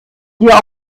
dir